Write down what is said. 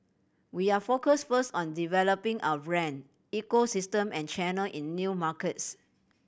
we are focus first on developing our brand ecosystem and channel in new markets